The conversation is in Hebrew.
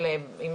אלא אם